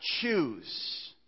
choose